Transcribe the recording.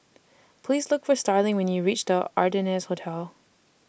Please Look For Starling when YOU REACH The Ardennes Hotel